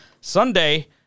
Sunday